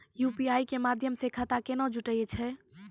UPI के माध्यम से खाता केना जुटैय छै?